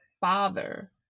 father